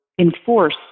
enforce